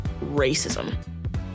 racism